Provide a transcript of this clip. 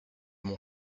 mon